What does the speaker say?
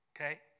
Okay